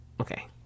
Okay